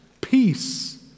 peace